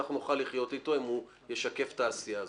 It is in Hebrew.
אנחנו נוכל לחיות אתו אם הוא ישקף את העשייה הזו.